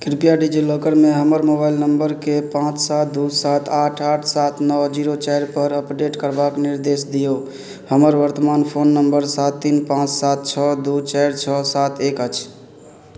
कृपया डिजिलॉकरमे हमर मोबाइल नम्बरके पाँच सात दुइ सात आठ आठ सात नओ जीरो चारिपर अपडेट करबाक निर्देश दिऔ हमर वर्तमान फोन नम्बर सात तीन पाँच सात छओ दुइ चारि छओ सात एक अछि